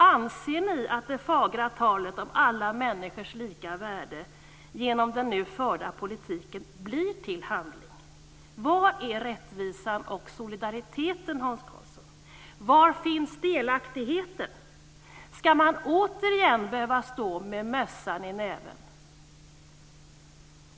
Anser ni att det fagra talet om alla människors lika värde genom den nu förda politiken omsätts i handling? Var finns rättvisan och solidariteten, Hans Karlsson? Var finns delaktigheten? Skall man återigen behöva "stå med mössan i näven"?